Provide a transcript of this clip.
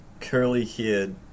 curly-haired